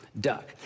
duck